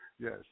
Yes